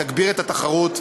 תגביר את התחרות,